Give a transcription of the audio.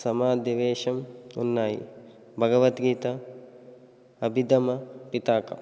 సమాధివేశం ఉన్నాయి భగవద్గీత అభిధమ పితాక